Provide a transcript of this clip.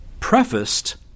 Prefaced